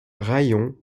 raïon